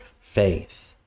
faith